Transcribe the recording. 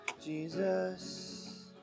Jesus